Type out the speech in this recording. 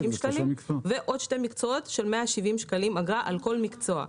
שקלים ועוד שני מקצועות של 170 שקלים אגרה על כל מקצוע.